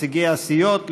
נציגי הסיעות,